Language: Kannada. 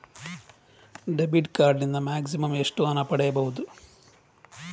ಡೆಬಿಟ್ ಕಾರ್ಡ್ ನಿಂದ ಮ್ಯಾಕ್ಸಿಮಮ್ ಎಷ್ಟು ಹಣ ಪಡೆಯಬಹುದು?